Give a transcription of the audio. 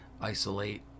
isolate